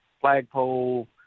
flagpole